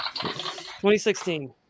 2016